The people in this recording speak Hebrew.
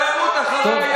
מהיגררות אחרי הימין הקיצוני.